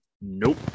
Nope